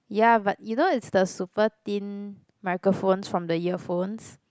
ya but you know it's the super thin microphones from the earphones